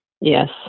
Yes